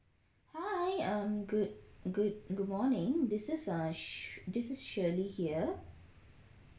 hi um good good good morning this is err this is shirley here